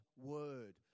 word